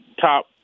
top